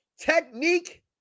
Technique